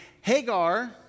Hagar